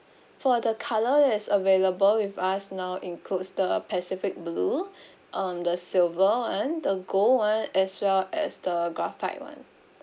for the colour is available with us now includes the pacific blue um the silver [one] the gold [one] as well as the graphite [one]